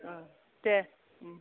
दे